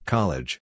College